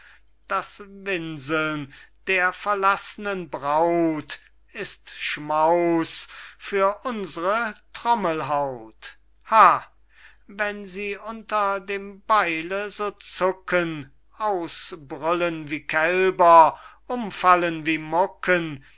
das winseln der verlaßnen braut ist schmauß für unsre trommelhaut ha wenn sie euch unter dem beile so zucken ausbrüllen wie kälber umfallen wie mucken